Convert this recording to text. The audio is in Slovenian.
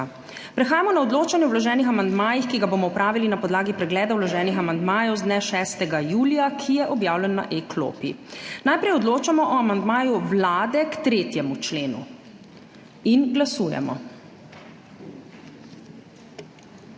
Prehajamo na odločanje o vloženih amandmajih, ki ga bomo opravili na podlagi pregleda vloženih amandmajev z dne 6. julija, ki je objavljen na e-klopi. Najprej odločamo o amandmaju Vlade k 3. členu. Glasujemo.